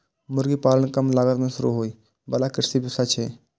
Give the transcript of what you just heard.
मुर्गी पालन कम लागत मे शुरू होइ बला कृषि व्यवसाय छियै